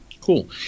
Cool